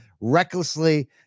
recklessly